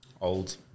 Old